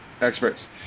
experts